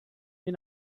you